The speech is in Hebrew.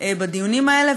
בדיונים האלה.